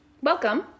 Welcome